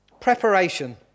preparation